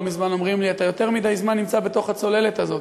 לא מזמן אמרו לי: אתה יותר מדי זמן נמצא בתוך הצוללת הזאת,